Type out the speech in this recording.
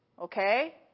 Okay